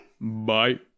bye